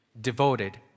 Devoted